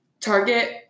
Target